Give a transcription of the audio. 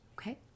Okay